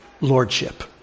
lordship